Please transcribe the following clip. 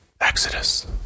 Exodus